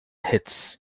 hits